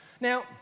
Now